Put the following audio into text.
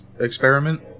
experiment